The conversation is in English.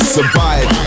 survive